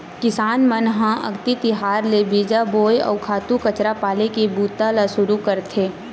किसान मन ह अक्ति तिहार ले बीजा बोए, अउ खातू कचरा पाले के बूता ल सुरू करथे